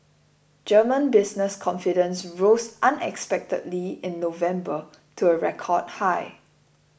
German business confidence rose unexpectedly in November to a record high